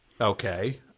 Okay